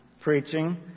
preaching